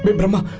brahma!